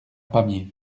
pamiers